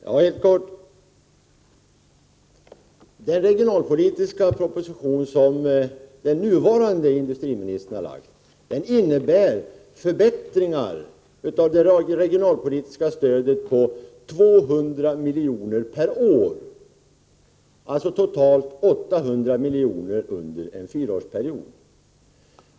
Herr talman! Den regionalpolitiska proposition som den nuvarande industriministern har lagt fram innebär förbättringar av det regionalpolitiska stödet med 200 miljoner per år, alltså totalt 800 miljoner under en fyraårsperiod.